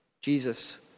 Jesus